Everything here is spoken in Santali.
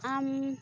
ᱟᱢ